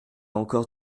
encore